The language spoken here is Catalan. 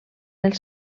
els